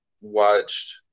watched